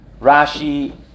Rashi